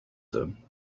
them